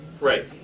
Right